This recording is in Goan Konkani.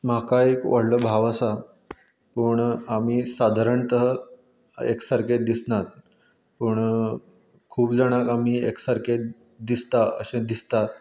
म्हाका एक व्हडलो भाव आसा पूण आमी सादारणता एक सारकें दिसनात पूण खूब जाणांक आमी एक सारकें दिसता अशें दिसतात